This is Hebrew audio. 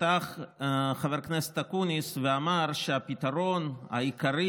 פתח חבר הכנסת אקוניס ואמר שהפתרון העיקרי